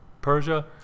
Persia